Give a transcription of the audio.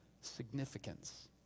significance